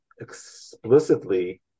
explicitly